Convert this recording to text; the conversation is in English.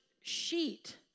sheet